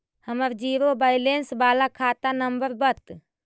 हमर zero balance बाला खाता नम्बर बत?